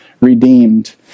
redeemed